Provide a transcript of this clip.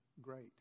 Great